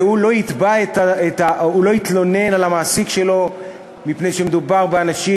והוא לא יתבע ולא יתלונן על המעסיק שלו מפני שמדובר באנשים